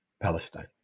Palestine